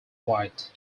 white